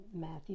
Matthew